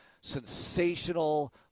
sensational